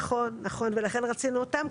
נכון, ולכן רצינו אותם.